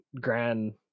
grand